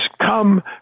come